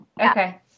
Okay